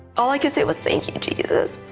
all i could say was, thank you, jesus.